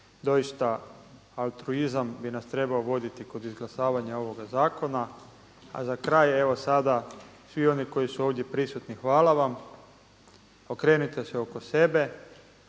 doista altruizam bi nas trebao voditi kod izglasavanja ovog zakona. A za kraj evo sada svi oni koji su ovdje prisutni hvala vam, okrenite se oko sebe